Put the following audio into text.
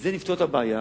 ובזה נפתור את הבעיה,